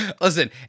listen